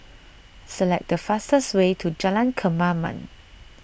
select the fastest way to Jalan Kemaman